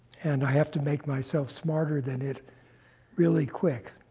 and i have to make myself smarter than it really quick.